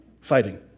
Fighting